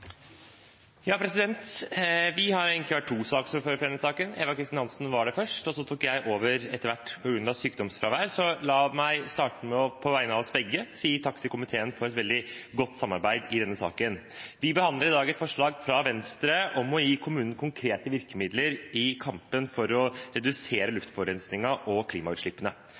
Vi har egentlig vært to saksordførere for denne saken: Eva Kristin Hansen var det først, så tok jeg over etter hvert på grunn av sykdomsfravær. La meg, på vegne av oss begge, starte med å si takk til komiteen for et veldig godt samarbeid i denne saken. Vi behandler i dag et representantforslag fra Venstre om å gi kommunen konkrete virkemidler i kampen for å redusere